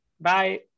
Bye